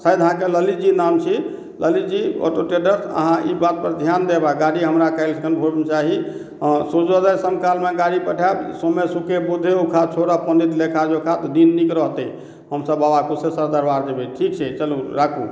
शायद अहाँके ललितजी नाम छी ललितजी ऑटो ट्रेडर्स अहाँ ई बात पर ध्यान देब आ गाड़ी हमरा काल्हि खन भोरमे चाही आओर सूर्योदय सम कालमे गाड़ी पठायब सोमे शुके बुधे उषा छोड़ऽ पण्डित लेखा जोखा तऽ दिन नीक रहतै हमसभ बाबा कुशेश्वर दरबार जेबै ठीक छै चलू राखू